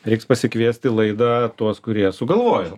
reiks pasikviest į laidą tuos kurie sugalvojo